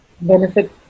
benefit